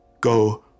go